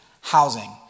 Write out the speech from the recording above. housing